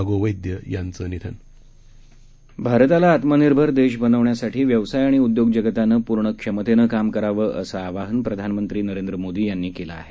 गोवैद्ययांचंनिधन भारतालाआत्मनिर्भरदेशबनवण्यासाठीव्यवसायआणिउद्योगजगतानंपूर्णक्षमतेनंकामकरावंअसंआवाहनप्रधानमंत्रीनरेंद्रमोदीयांनी केलंआहे